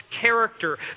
character